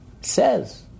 says